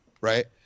right